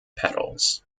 petals